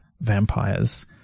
vampires